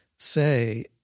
say